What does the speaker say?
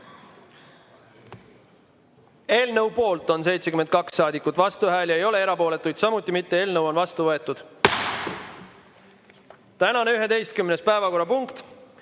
Eelnõu poolt on 72 saadikut, vastuhääli ei ole, erapooletuid samuti mitte. Eelnõu on vastu võetud. Tänane 11. päevakorrapunkt: